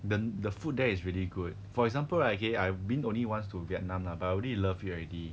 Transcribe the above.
the the food there is really good for example right okay I've been only once to vietnam lah but I already love it already